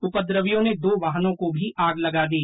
उपद्रव्यियों ने दो वाहनों को आग लगा दी